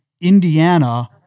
Indiana